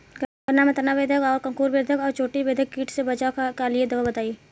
गन्ना में तना बेधक और अंकुर बेधक और चोटी बेधक कीट से बचाव कालिए दवा बताई?